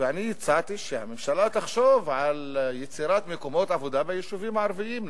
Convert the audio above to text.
הצעתי שהממשלה תחשוב על יצירת מקומות עבודה ביישובים הערביים.